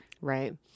Right